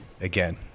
again